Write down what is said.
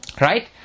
right